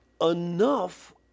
enough